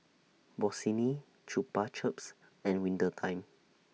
Bossini Chupa Chups and Winter Time